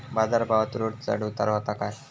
बाजार भावात रोज चढउतार व्हता काय?